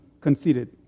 conceited